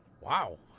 wow